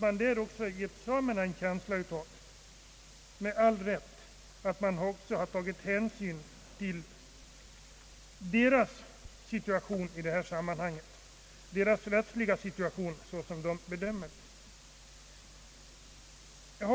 Man skulle också därigenom ha gett samerna, med all rätt, en känsla av att hänsyn också tagits till deras rättsliga situation så som de bedömer den.